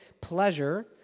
pleasure